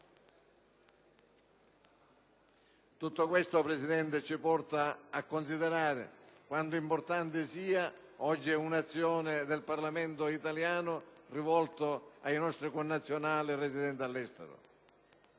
Tutto questo, Presidente, ci porta a considerare quanto importante sia oggi un'azione del Parlamento italiano rivolta ai nostri connazionali residenti all'estero.